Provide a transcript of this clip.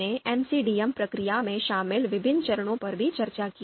हमने एमसीडीएम प्रक्रिया में शामिल विभिन्न चरणों पर भी चर्चा की